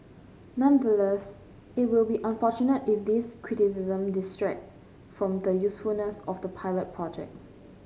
nonetheless it will be unfortunate if these criticism detract from the usefulness of the pilot project